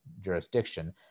jurisdiction